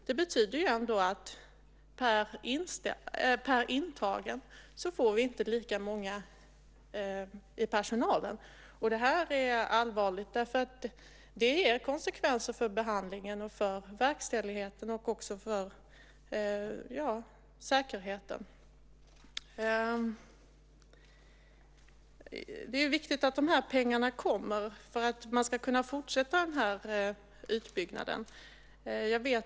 Det betyder att det inte blir lika många anställda per intagen. Det är allvarligt, därför att det ger konsekvenser för behandlingen, för verkställigheten och för säkerheten. Det är viktigt att de här pengarna kommer för att man ska fortsätta utbyggnaden.